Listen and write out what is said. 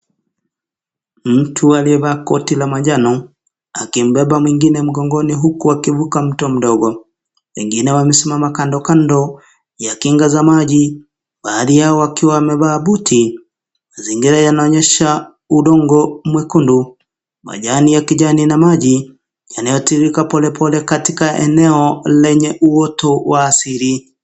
Mtu aliyevaa koti la manjano akimbeba mwingine mgongoni huku akivuka mto mdogo wengine wamesimama kando kando ya kinga za maji baadhi yao wakiwa wamevaa buti zingine yanaonyesha udongo mwekundu majani ya kijani na maji yanayotiririka polepole katika eneo lenye uoto wa asiri .